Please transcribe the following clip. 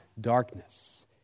darkness